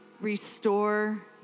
restore